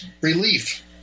relief